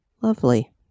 Lovely